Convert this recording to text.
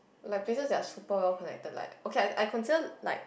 like places that are super well connected like okay I I consider like